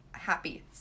happy